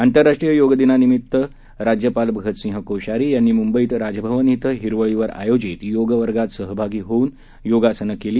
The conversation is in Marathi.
आंतरराष्ट्रीय योग दिनानिमित्त राज्यपाल भगतसिंह कोश्यारी यांनी मुंबईत राजभवन इथं हिरवळीवर आयोजित योगवर्गात सहभागी होऊन योगासनं केली